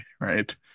right